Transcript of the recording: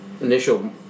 initial